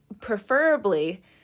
preferably